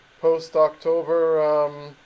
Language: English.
post-October